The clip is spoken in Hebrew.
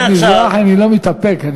ולהגשים את החזון המאוד-חשוב הזה,